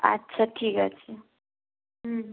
আচ্ছা ঠিক আছে হুম